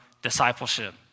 discipleship